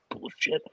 bullshit